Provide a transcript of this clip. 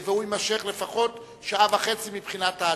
והוא יימשך לפחות שעה וחצי, מבחינת ההצבעה.